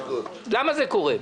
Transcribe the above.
למה זה קורה?